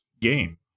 game